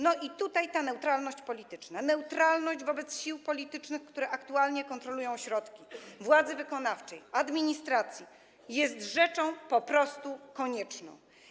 No i tutaj ta neutralność polityczna, neutralność wobec sił politycznych, które aktualnie kontrolują ośrodki władzy wykonawczej, administracji, jest rzeczą po prostu konieczną.